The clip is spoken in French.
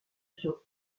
pion